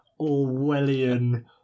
Orwellian